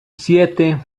siete